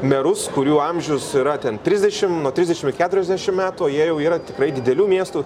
merus kurių amžius yra ten trisdešim nuo trisdešim keturiasdešim metų o jie jau yra tikrai didelių miestų